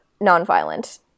nonviolent